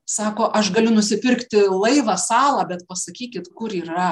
sako aš galiu nusipirkti laivą salą bet pasakykit kur yra